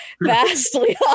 vastly